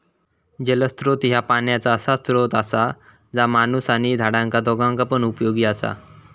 जलस्त्रोत ह्या पाण्याचा असा स्त्रोत असा जा माणूस आणि झाडांका दोघांका पण उपयोगी असा